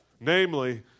Namely